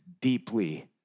deeply